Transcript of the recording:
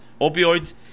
opioids